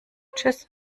tschüss